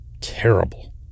terrible